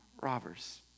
robbers